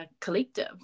collective